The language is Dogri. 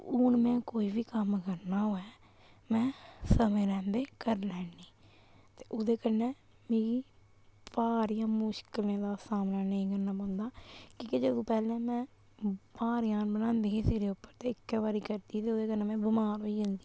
हून मैं कोई बी कम्म करना होऐ मैं समें रौंह्दे करी लैन्नी ते ओह्दे कन्नै मिगी भार जां मुश्कलें दा सामना नेईं करना पौंदा कि के जदूं पैह्ले मैं भार जन बनांदी ही सिरै उप्पर ते इक्कै बारी करदी ते ओह्दे कन्नै में बमार होई जंदी ही